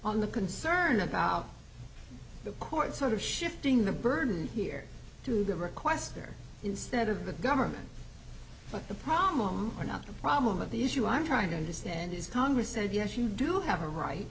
on the concern about the courts sort of shifting the burden here to the requester instead of the government but the problem or not the problem of the issue i'm trying to understand is congress said yes you do have a right